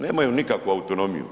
Nemaju nikakvu autonomiju.